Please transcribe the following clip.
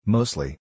Mostly